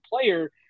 player